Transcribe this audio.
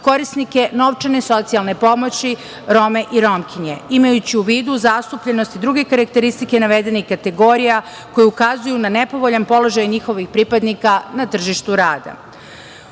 korisnike novčane socijalne pomoći, Rome i Romkinje, imajući u vidu zastupljenost i druge karakteristike navedenih kategorija koje ukazuju na nepovoljan položaj njihovih pripadnika na tržištu rada.U